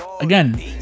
again